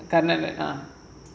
Karnan ah